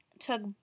took